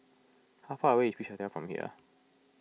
how far away is Beach Hotel from here